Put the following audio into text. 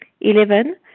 Eleven